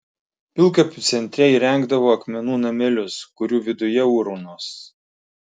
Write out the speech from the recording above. pilkapių centre įrengdavo akmenų namelius kurių viduje urnos